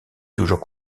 toujours